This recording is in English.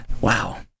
Wow